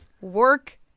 work